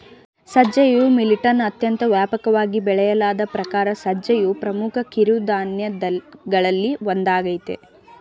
ಸಜ್ಜೆಯು ಮಿಲಿಟ್ನ ಅತ್ಯಂತ ವ್ಯಾಪಕವಾಗಿ ಬೆಳೆಯಲಾದ ಪ್ರಕಾರ ಸಜ್ಜೆಯು ಪ್ರಮುಖ ಕಿರುಧಾನ್ಯಗಳಲ್ಲಿ ಒಂದಾಗಯ್ತೆ